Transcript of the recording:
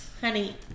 Honey